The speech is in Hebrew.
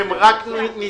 הם רק נדחים.